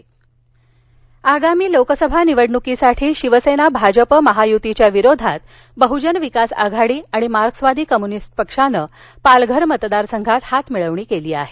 बहजन विकास आघाडी पालघर आगामी लोकसभा निवडणुकीसाठी शिवसेना भाजप महायुती विरोधात बहजन विकास आघाडी आणि मार्क्सवादी कम्यूनिस्ट पक्षानं पालघर मतदारसंघात हातमिळवणी केली आहे